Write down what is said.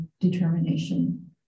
determination